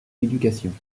l’éducation